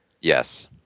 yes